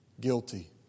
Guilty